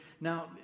Now